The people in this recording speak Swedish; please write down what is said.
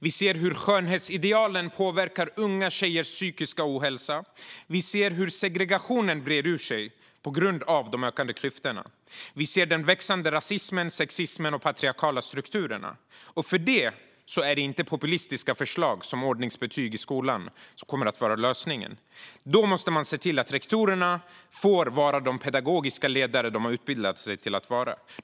Vi ser hur skönhetsidealen påverkar unga tjejers psykiska hälsa. Vi ser hur segregationen breder ut sig på grund av de ökande klyftorna. Vi ser växande rasism, sexism och patriarkala strukturer. För detta är det inte populistiska förslag som ordningsbetyg i skolan som kommer att vara lösningen. För att lösa detta måste man se till att rektorerna får vara de pedagogiska ledare de har utbildat sig till att vara.